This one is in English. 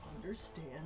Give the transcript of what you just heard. understand